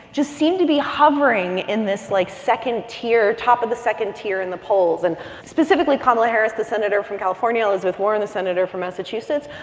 just seem to be hovering in this, like, second tier, top of the second tier in the polls. and specifically kamala harris, the senator from california, elizabeth warren, the senator from massachusetts,